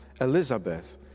Elizabeth